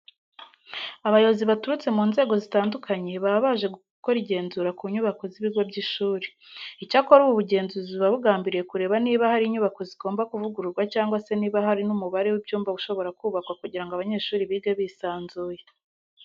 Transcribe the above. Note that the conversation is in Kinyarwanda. Abayobozi baturutse mu nzego zitandukanye baba baje gukora igenzura ku nyubako z'ibigo by'ishuri. Icyakora ubu bugenzuzi buba bugambiriye kureba niba hari inyubako zigomba kuvugururwa cyangwa se niba hari n'umubare w'ibyumba ushobora kubakwa kugira ngo abanyeshuri bige bisanzuye.